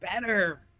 better